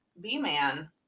B-Man